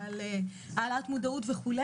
ועל העלאת מודעות וכו',